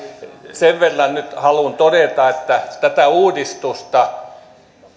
sen verran nyt haluan todeta että tätä uudistusta